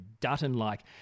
Dutton-like